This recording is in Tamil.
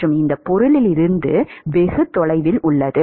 மற்றும் இந்த பொருளிலிருந்து வெகு தொலைவில் உள்ளது